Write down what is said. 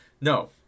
No